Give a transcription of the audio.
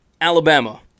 Alabama